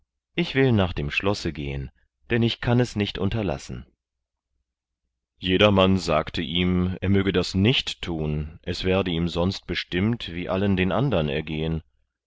ich will nach dem schlosse gehen denn ich kann es nicht unterlassen jedermann sagte ihm er möge das nicht thun es werde ihm sonst bestimmt wie allen den andern ergehen